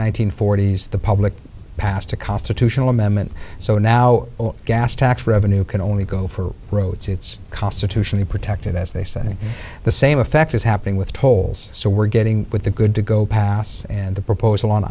hundred forty s the public passed a constitutional amendment so now gas tax revenue can only go for roads it's constitutionally protected as they say the same effect is happening with tolls so we're getting with the good to go pass and the proposal on